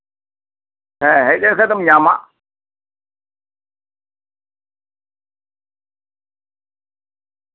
ᱦᱮᱸ ᱦᱮᱸᱡ ᱫᱟᱲᱮᱭᱟᱜ ᱠᱷᱟᱱ ᱫᱚᱢ ᱧᱟᱢᱟ